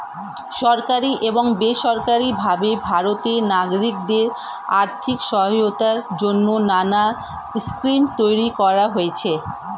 সরকারি এবং বেসরকারি ভাবে ভারতের নাগরিকদের আর্থিক সহায়তার জন্যে নানা স্কিম তৈরি হয়েছে